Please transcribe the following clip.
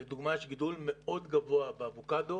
לדוגמה, יש גידול מאוד גבוה באבוקדו